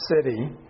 city